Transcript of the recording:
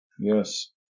yes